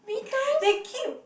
they keep